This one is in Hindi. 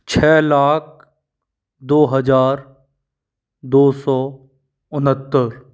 छः लाख दो हजार दो सौ उनहत्तर